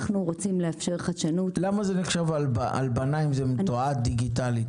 אנחנו רוצים לאפשר חדשנות -- למה זה נחשב הלבנה אם זה מתועד דיגיטלית?